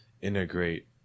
integrate